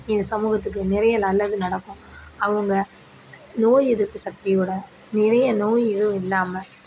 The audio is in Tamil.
இந்த சமூகத்துக்கு நிறைய நல்லது நடக்கும் அவங்க நோய் எதிர்ப்புச் சக்தியோடு நிறைய நோய் எதவும் இல்லாமல்